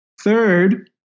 Third